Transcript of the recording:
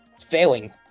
failing